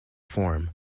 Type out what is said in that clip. form